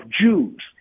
Jews